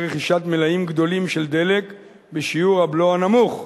רכישת מלאים גדולים של דלק בשיעור הבלו הנמוך,